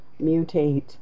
mutate